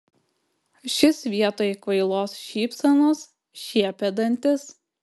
šis vietoj kvailos šypsenos šiepė dantis